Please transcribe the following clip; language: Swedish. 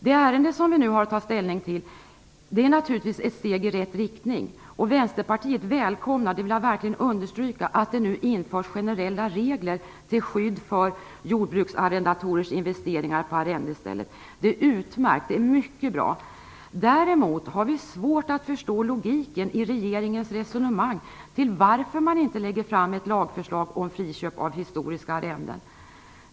Det ärende som vi nu har att ta ställning till innebär naturligtvis ett steg i rätt riktning, och Vänsterpartiet välkomnar - det vill jag verkligen understryka - att det nu införs generella regler till skydd för jordbruksarrendatorers investeringar på arrendestället. Det är utmärkt. Däremot har vi svårt att förstå logiken i regeringens resonemang om varför man inte lägger fram ett lagförslag om friköp av historiska arrenden.